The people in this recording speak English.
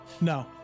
No